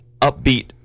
upbeat